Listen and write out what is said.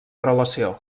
relació